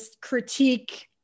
critique